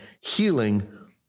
healing